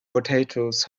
potatoes